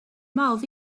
miles